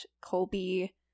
Colby